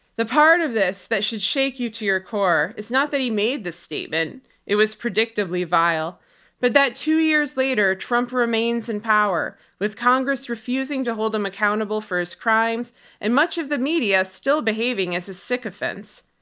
the part of this that should shake you to your core is not that he made this statement it was predictably vile but that two years later trump remains in power with congress refusing to hold him accountable for his crimes and much of the media is still behaving as his sycophants.